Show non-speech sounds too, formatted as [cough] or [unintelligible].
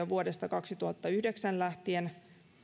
[unintelligible] vuodesta kaksituhattayhdeksän lähtien